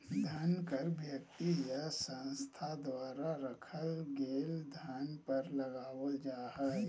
धन कर व्यक्ति या संस्था द्वारा रखल गेल धन पर लगावल जा हइ